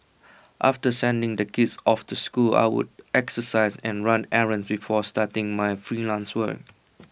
after sending the kids off to school I would exercise and run errands before starting my freelance work